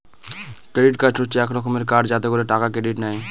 credit card হচ্ছে এক রকমের কার্ড যাতে করে টাকা ক্রেডিট নেয়